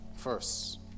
First